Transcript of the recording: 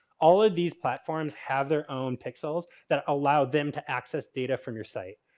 all of these platforms have their own pixels that allow them to access data from your site.